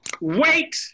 Wait